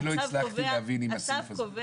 אני לא הצלחתי להבין אם הסעיף הזה,